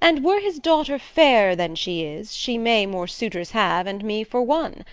and were his daughter fairer than she is, she may more suitors have, and me for one.